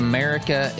America